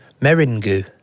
meringue